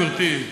גברתי,